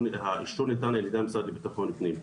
שהאישור ניתן על ידי המשרד לביטחון הפנים.